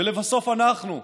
ולבסוף אנחנו,